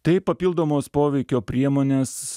tai papildomos poveikio priemonės